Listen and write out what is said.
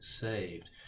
saved